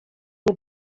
nie